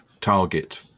target